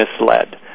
misled